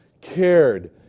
cared